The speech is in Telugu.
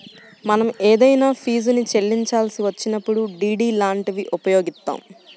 మనం ఏదైనా ఫీజుని చెల్లించాల్సి వచ్చినప్పుడు డి.డి లాంటివి ఉపయోగిత్తాం